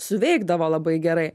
suveikdavo labai gerai